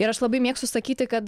ir aš labai mėgstu sakyti kad